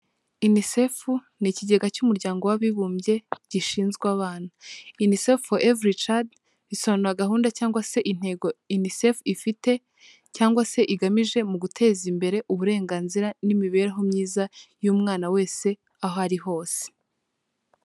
UNICEF, ni ikigega cy'umuryango w'abibumbye gishinzwe abana, UNICEF for every child, risobanura gahunda cyangwa se intego UNICEF ifite cyangwa se igamije mu guteza imbere uburenganzira n'imibereho myiza y'umwana wese aho ari hose.